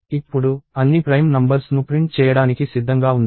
ఇప్పుడు అన్ని prime numbers ను ప్రింట్ చేయడానికి సిద్ధంగా ఉంది